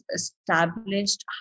established